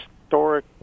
historic